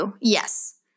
Yes